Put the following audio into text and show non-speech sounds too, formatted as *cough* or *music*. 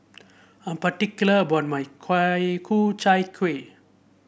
I am particular about my *unintelligible* Ku Chai Kuih